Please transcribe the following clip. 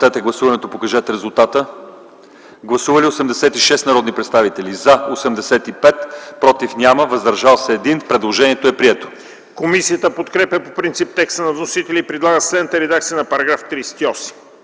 Комисията подкрепя по принцип текста на вносителя и предлага следната редакция на § 51,